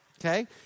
Okay